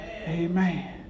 Amen